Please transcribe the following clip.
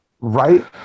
Right